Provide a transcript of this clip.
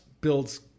builds